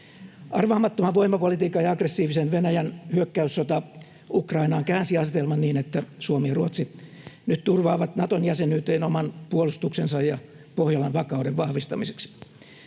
Arvaamattoman voimapolitiikan ja aggressiivisen Venäjän hyökkäyssota Ukrainaan käänsi asetelman niin, että Suomi ja Ruotsi nyt turvaavat Naton jäsenyyteen oman puolustuksensa ja Pohjolan vakauden vahvistamiseksi.